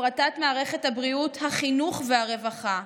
הפרטת מערכת הבריאות, החינוך והרווחה,